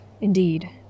Indeed